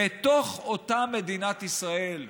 בתוך אותה מדינת ישראל,